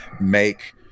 make